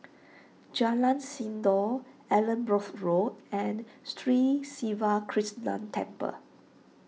Jalan Sindor Allanbrooke Road and Sri Siva Krishna Temple